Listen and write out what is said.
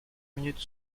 minute